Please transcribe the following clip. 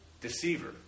deceiver